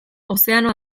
ozeano